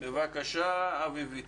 בבקשה, אביבית.